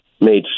made